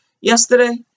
yesterday